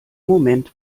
moment